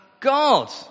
God